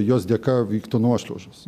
jos dėka vyktų nuošliaužos